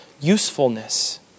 usefulness